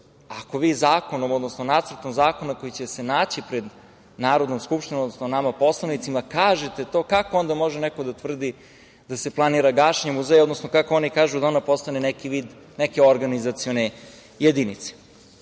Ako vi zakon, odnosno nacrt zakona koji će se naći pred Narodnom skupštinom, odnosno nama poslanicima kažete to, kako onda može neko da tvrdi da se planira gašenje muzeja, odnosno kako oni kažu, da ono postane neki vid neke organizacione jedinice? Kada